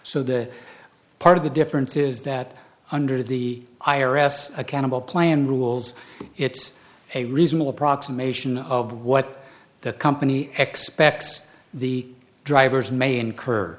so that part of the difference is that under the i r s accountable plan rules it's a reasonable approximation of what the company expects the drivers may incur